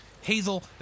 Hazel